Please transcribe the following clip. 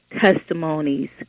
testimonies